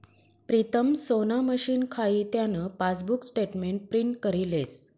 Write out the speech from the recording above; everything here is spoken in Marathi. प्रीतम सोना मशीन खाई त्यान पासबुक स्टेटमेंट प्रिंट करी लेस